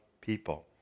people